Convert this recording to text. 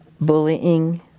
bullying